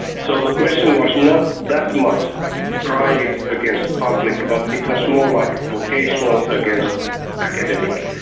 so the question was not that much private against public, but it was more like vocational against academic.